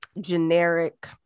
generic